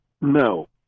No